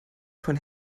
von